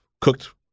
cooked